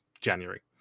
January